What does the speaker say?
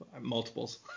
Multiples